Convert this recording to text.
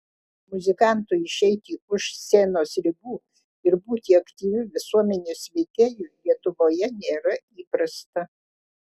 muzikantui išeiti už scenos ribų ir būti aktyviu visuomenės veikėju lietuvoje nėra įprasta